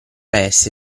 esse